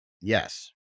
yes